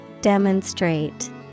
Demonstrate